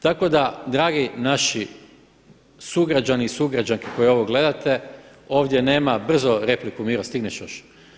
Tako da dragi naši sugrađani i sugrađanke koje ovo gledate, ovdje nema, brzo repliku Miro stigneš još.